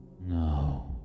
no